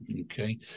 Okay